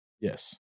yes